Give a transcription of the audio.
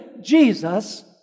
Jesus